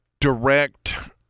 direct